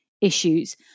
issues